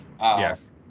Yes